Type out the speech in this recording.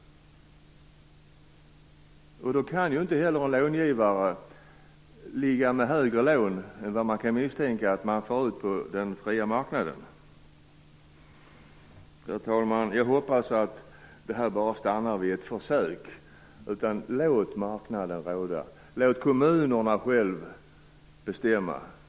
Då kan långivaren inte ligga ute med högre lån än vad man kan bedöma att man får ut på den fria marknaden. Herr talman! Jag hoppas att det här bara stannar vid ett försök. Låt marknaden råda, och låt kommunerna själva bestämma.